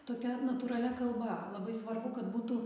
tokia natūralia kalba labai svarbu kad būtų